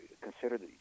considered